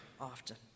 often